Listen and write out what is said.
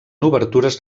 obertures